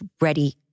ready